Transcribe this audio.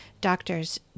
doctors